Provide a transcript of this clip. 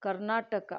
Karnataka